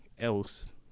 else